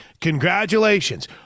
Congratulations